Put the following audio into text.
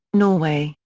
norway,